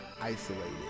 isolated